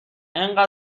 انقدر